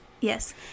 Yes